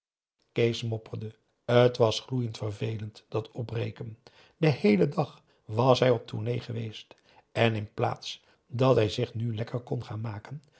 kees mopperde t was gloeiend vervelend dat opbreken den heelen dag was hij op tournée geweest en in plaats dat hij zich nu lekker kon gaan maken